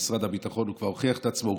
במשרד הביטחון הוא כבר הוכיח את עצמו,